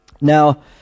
Now